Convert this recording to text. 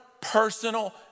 personal